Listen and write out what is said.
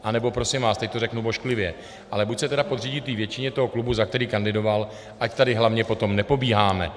Anebo, prosím vás, teď to řeknu ošklivě, ale buď se tedy podřídí většině toho klubu, za který kandidoval, ať tady hlavně potom nepobíháme.